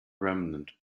remnant